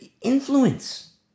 influence